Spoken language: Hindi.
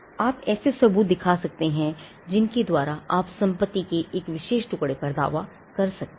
आप ऐसे सबूत दिखा सकते हैं जिनके द्वारा आप संपत्ति के एक विशेष टुकड़े पर दावा कर सकते हैं